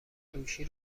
گوشی